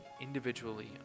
individually